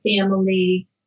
family